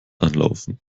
anlaufen